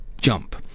jump